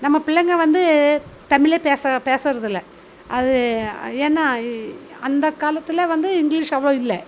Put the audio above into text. நம்ம பிள்ளைங்க வந்து தமிழே பேச பேசுறது இல்லை அது ஏன்னா அந்த காலத்தில் வந்து இங்கிலீஷ் அவ்வளோ இல்லை